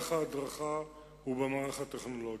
במערך ההדרכה ובמערך הטכנולוגי.